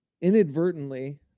inadvertently